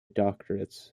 doctorates